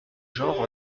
genre